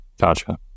Gotcha